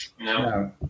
No